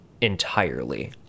entirely